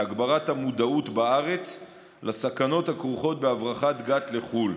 להגברת המודעות בארץ לסכנות הכרוכות בהברחת גת לחו"ל